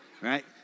right